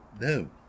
No